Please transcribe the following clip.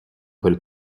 quel